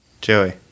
Joey